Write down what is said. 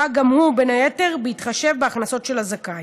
גם הוא בין היתר בהתחשב בהכנסות של הזכאי.